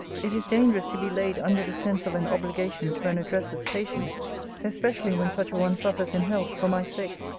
it is dangerous to be laid under the sense of an obligation to an addresser's patience especially when such a one suffers in health for my sake.